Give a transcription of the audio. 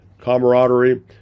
camaraderie